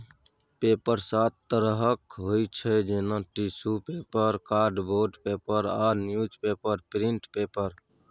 paper सात तरहक होइ छै जेना टिसु पेपर, कार्डबोर्ड पेपर आ न्युजपेपर प्रिंट पेपर